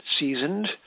seasoned